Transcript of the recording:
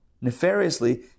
nefariously